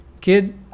kid